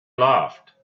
laughed